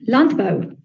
Landbouw